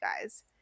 guys